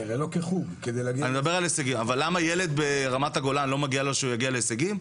אבל למה ילד ברמת הגולן לא מגיע לו שיגיע להישגים?